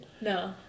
No